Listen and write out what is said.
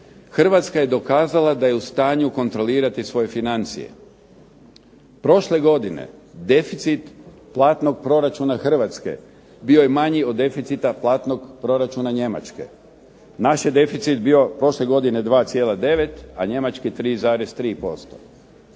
Hrvatska je dokazala da je u stanju kontrolirati svoje financije. Prošle godine deficit platnog proračuna Hrvatske bio je manji od platnog deficita Njemačke. Naš je deficit bio prošle godine 2,9, a Njemačke 33%.